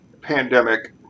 pandemic